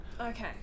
Okay